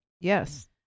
Yes